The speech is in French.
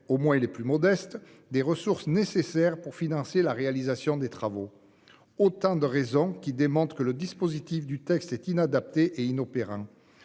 au moins les plus modestes, des ressources nécessaires pour financer la réalisation de travaux. Ce sont autant de raisons qui démontrent que le dispositif du texte est inadapté et inopérant.